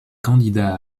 candidat